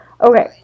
Okay